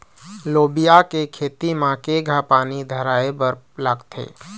लोबिया के खेती म केघा पानी धराएबर लागथे?